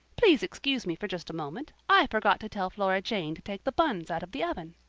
please excuse me for just a moment. i forgot to tell flora jane to take the buns out of the oven.